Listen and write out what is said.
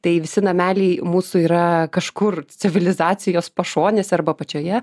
tai visi nameliai mūsų yra kažkur civilizacijos pašonėse arba pačioje